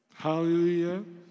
Hallelujah